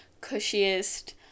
cushiest